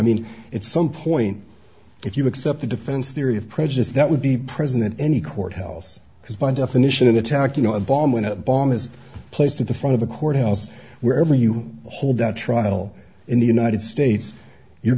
mean it's some point if you accept the defense theory of prejudice that would be present in any court house because by definition an attack you know a bomb when a bomb is placed in the front of a courthouse wherever you hold that trial in the united states you're